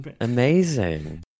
Amazing